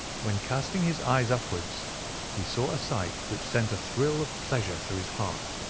when casting his eyes upwards he saw a sight which sent a thrill of pleasure through his heart.